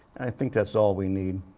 i think that's all we need.